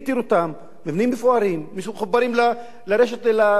מבנים מפוארים, מחוברים לרשת החשמל.